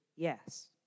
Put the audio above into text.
Yes